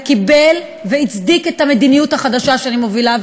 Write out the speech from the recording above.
וקיבל והצדיק את המדיניות החדשה שאני מובילה,